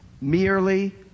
merely